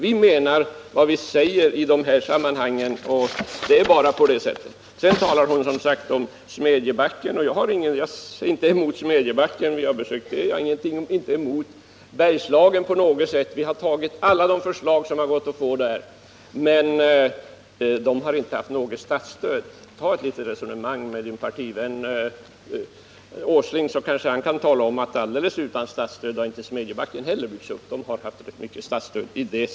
Vi menar vad vi säger i de här sammanhangen. Det är bara på det sättet. Sedan talar Birgitta Hambraeus om Smedjebacken. Jag har ingenting emot Smedjebacken, som jag har besökt — och jag har ingenting emot Bergslagen över huvud taget på något sätt. Vi har antagit alla de förslag som det har gått att få där, men de har inte haft något statsstöd. Ta ett litet resonemang med din partivän Nils Åsling, så kanske han kan tala om att alldeles utan statsstöd har inte heller Smedjebacken blivit, utan man har haft rätt mycket statsstöd där.